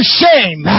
shame